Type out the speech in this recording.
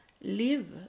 live